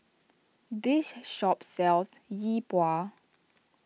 this shop sells Yi Bua